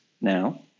now